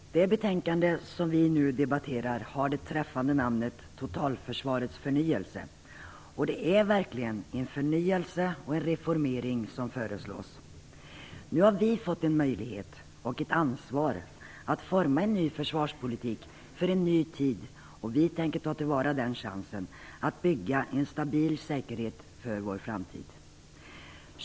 Herr talman! Det betänkande som vi nu debatterar har det träffande namnet Totalförsvarets förnyelse, och det är verkligen en förnyelse och en reformering som föreslås. Nu har vi fått en möjlighet och ett ansvar att forma en ny försvarspolitik för en ny tid, och vi tänker ta till vara den chansen att bygga en stabil säkerhet för vår framtid.